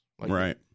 right